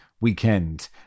weekend